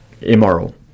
immoral